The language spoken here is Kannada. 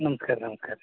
ನಮ್ಸ್ಕಾರ ನಮ್ಸ್ಕಾರ ರೀ